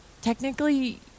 technically